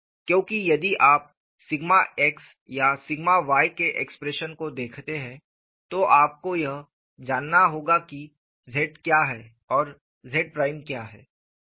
क्योंकि यदि आप सिग्मा x या सिग्मा y के एक्सप्रेशन को देखते हैं तो आपको यह जानना होगा कि Z क्या है और Z प्राइम क्या है